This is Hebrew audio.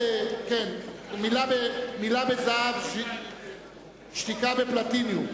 מלה בזהב, שתיקה בפלטיניום.